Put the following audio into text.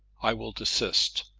i will desist.